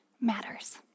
matters